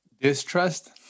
Distrust